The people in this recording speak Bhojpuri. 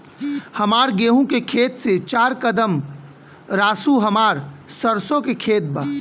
हमार गेहू के खेत से चार कदम रासु हमार सरसों के खेत बा